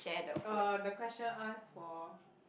uh the question ask for